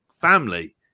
family